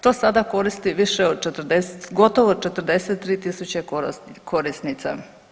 To sada koristi više od 40, gotovo 43.000 korisnica.